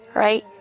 right